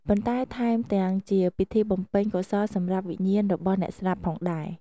ប៉ុន្តែថែមទាំងជាពិធីបំពេញកុសលសម្រាប់វិញ្ញាណរបស់អ្នកស្លាប់ផងដែរ។